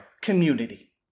community